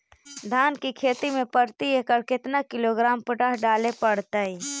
धान की खेती में प्रति एकड़ केतना किलोग्राम पोटास डाले पड़तई?